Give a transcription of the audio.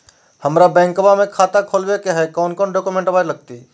हमरा बैंकवा मे खाता खोलाबे के हई कौन कौन डॉक्यूमेंटवा लगती?